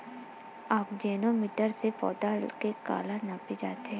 आकजेनो मीटर से पौधा के काला नापे जाथे?